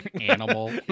animal